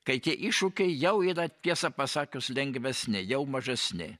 kai tie iššūkiai jau yra tiesa pasakius lengvesni jau mažesni